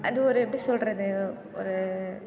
அது ஒரு எப்படி சொல்கிறது ஒரு